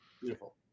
Beautiful